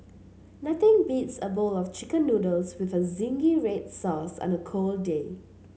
nothing beats a bowl of chicken noodles with zingy red sauce on a cold day